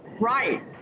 Right